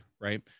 right